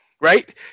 right